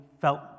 felt